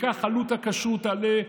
כך עלות הכשרות תעלה,